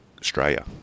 australia